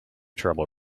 trouble